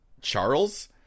Charles